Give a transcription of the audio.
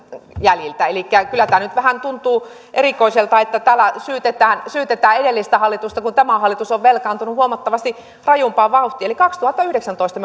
jäljiltä elikkä kyllä tämä nyt vähän tuntuu erikoiselta että täällä syytetään syytetään edellistä hallitusta kun tämä hallitus on velkaantunut huomattavasti rajumpaa vauhtia eli kaksituhattayhdeksäntoista